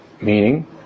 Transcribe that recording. Meaning